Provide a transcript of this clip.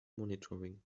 monitoring